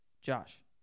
Josh